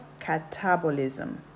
catabolism